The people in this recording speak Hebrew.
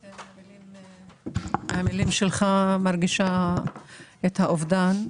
המילים שלך, מרגישה את האובדן.